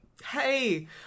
Hey